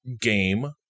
game